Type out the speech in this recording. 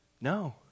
No